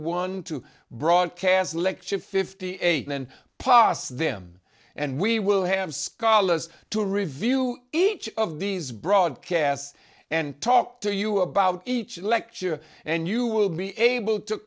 one two broadcast lecture fifty eight and pos them and we will have scholars to review each of these broadcasts and talk to you about each lecture and you will be able to